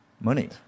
money